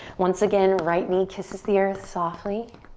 once again, right knee kisses the earth softly.